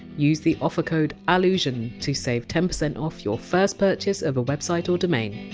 use the offer code allusion to save ten percent off your first purchase of a website or domain